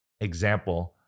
example